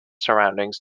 surroundings